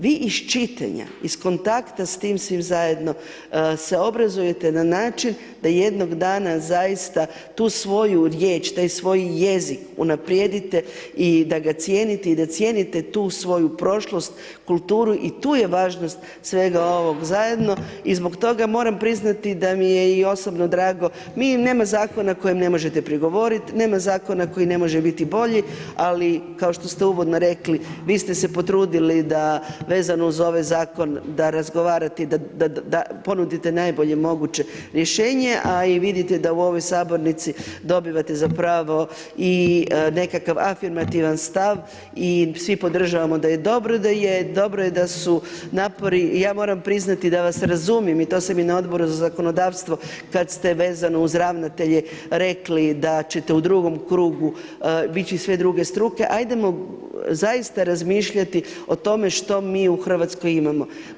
Vi iz čitanja, iz kontakta s tim svim zajedno se obrazujete na način da jednog dana zaista tu svoju riječ, taj svoj jezik unaprijedite i da ga cijenite i da cijenite tu svoju prošlost, kulturu i tu je važnost svega ovog zajedno i zbog toga moram priznati da mi je i osobno drago, mi, nema Zakona kojim ne možete prigovorit, nema Zakona koji ne može biti bolji, ali kao što ste uvodno rekli, vi ste se potrudili da vezano uz ovaj Zakon, da razgovarati, da ponudite najbolje moguće rješenje, a i vidite da u ovoj Sabornici dobivate zapravo i nekakav afirmativan stav i svi podržavamo da je dobro da je, dobro je da su napori, ja moram priznati da vas razumijem i to sam i na Odboru za zakonodavstvo, kad ste vezano uz ravnatelje rekli da ćete u drugom krugu dići sve druge struke, ajdemo zaista razmišljati o tome što mi u RH imamo.